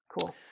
cool